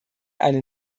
eine